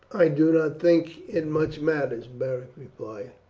i do not think it much matters, beric replied.